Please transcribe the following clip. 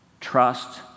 trust